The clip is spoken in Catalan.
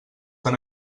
tan